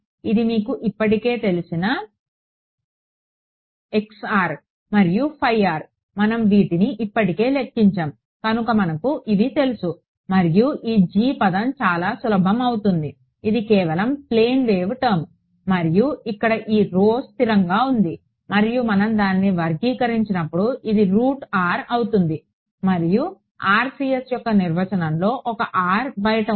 ఇది మీకు ఇప్పటికే తెలిసిన మరియు మనం వీటిని ఇప్పటికే లెక్కించాము కనుక మనకు ఇవి తెలుసు మరియు ఈ పదం చాలా సులభం అవుతుంది ఇది కేవలం ప్లేన్ వేవ్ టర్మ్ మరియు ఇక్కడ ఈ రో స్థిరంగా ఉంది మరియు మనం దానిని వర్గీకరించినప్పుడు ఇది R అవుతుంది మరియు RCS యొక్క నిర్వచనంలో ఒక బయట ఉంది